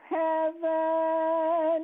heaven